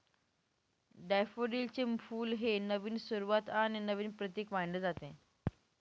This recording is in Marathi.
डॅफोडिलचे फुल हे नवीन सुरुवात आणि नवीन प्रतीक मानले जाते